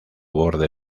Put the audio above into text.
borde